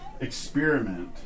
experiment